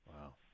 Wow